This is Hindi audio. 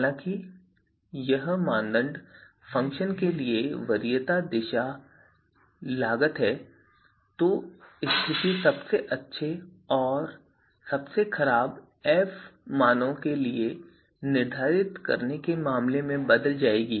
हालांकि यदि मानदंड फ़ंक्शन के लिए वरीयता दिशा लागत है तो स्थिति सबसे अच्छे और सबसे खराब एफ मानों को निर्धारित करने के मामले में बदल जाएगी